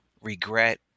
regret